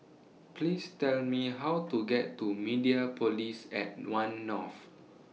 Please Tell Me How to get to Mediapolis At one North